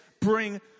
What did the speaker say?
bring